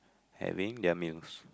having their meals